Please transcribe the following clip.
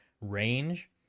range